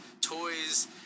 toys